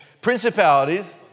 principalities